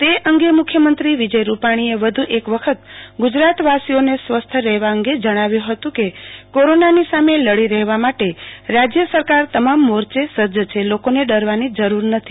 તે અંગે મખ્યમંત્રો વિજય રૂપાણીએ વધુ એક વખત ગુજરાત વાસીઓને સ્વસ્થ રહેવા અંગે જણાવ્યં હત કે કોરોના ની સામે લડો રહેવા માટે રાજય સરકાર તમામ મોરચે સજજ છે લોકોને ડરવાની જરૂર નથી